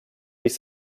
sich